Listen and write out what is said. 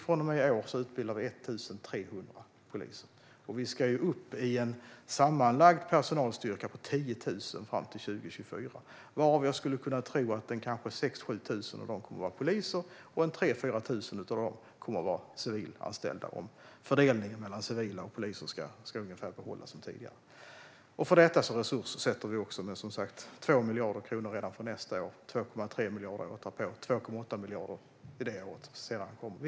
Från och med i år utbildar vi 1 300 poliser, och vi ska upp i en sammanlagd personalstyrka på 10 000 fram till 2024. Av dessa skulle jag tro att 6 000-7 000 kommer att vara poliser och 3 000-4 000 civilanställda, om fördelningen mellan civila och poliser ska vara ungefär densamma som tidigare. För detta resurssätter vi med 2 miljarder kronor redan för nästa år, 2,3 miljarder för året därpå och 2,8 miljarder för följande år.